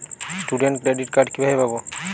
Student credit card কিভাবে পাব?